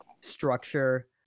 structure